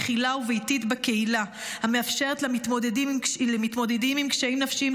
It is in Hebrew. מכילה וביתית בקהילה המאפשרת למתמודדים עם קשיים נפשיים,